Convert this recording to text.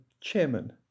chairman